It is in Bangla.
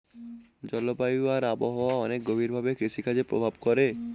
জলবায়ু আর আবহাওয়া অনেক গভীর ভাবে কৃষিকাজে প্রভাব করে